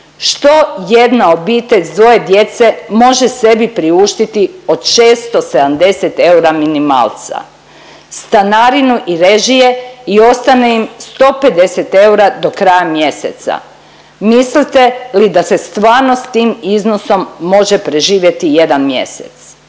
Što jedna obitelj s dvoje djece može sebi priuštiti od 670 eura minimalca. Stanarinu i režije i ostane im 150 eura do kraja mjeseca. Mislite li da se stvarno s tim iznosom može preživjeti jedan mjesec?